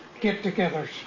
get-togethers